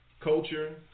culture